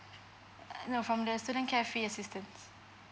no from the student care fee assistance